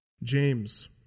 James